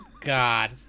God